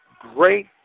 Great